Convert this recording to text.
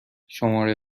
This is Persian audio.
شماره